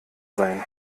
sein